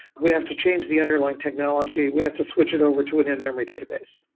we have to change the underlying technology. we have to switch it over to an end-memory database,